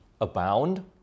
abound